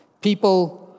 people